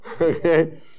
Okay